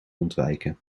ontwijken